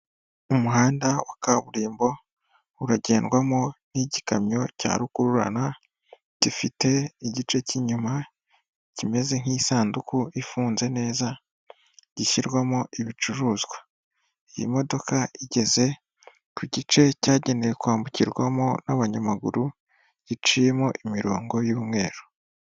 Umuhanda wa kaburimbo uragendwamo n'igikamyo cya rukururana gifite igice cy'inyuma kimeze nk'isanduku ifunze neza gishyirwamo ibicuruzwa, iyi modoka igeze ku gice cyagenewe kwambukirwamo n'abanyamaguru giciyemo imirongo y'umweru.